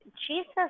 Jesus